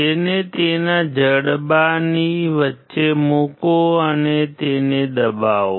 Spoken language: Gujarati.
તેને તેના જડબાની વચ્ચે મૂકો અને તેને દબાવો